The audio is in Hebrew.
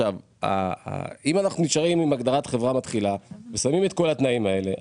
עכשיו אם אנחנו נשארים עם הגדרת חברה מתחילה ושמים את כל התנאים האלה,